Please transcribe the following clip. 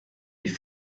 die